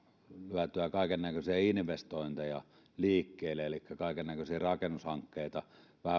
vietyä kaikennäköisiä investointeja liikkeelle elikkä kaikennäköisiä rakennushankkeita